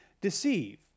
deceive